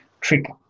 trick